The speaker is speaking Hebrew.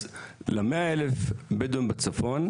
אז, ל-100,000 הבדואים בצפון,